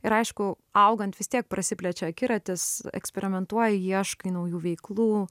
ir aišku augant vis tiek prasiplečia akiratis eksperimentuoji ieškai naujų veiklų